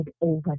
over